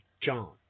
John